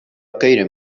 غیر